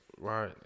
Right